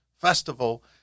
festival